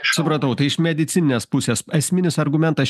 supratau tai iš medicininės pusės esminis argumentas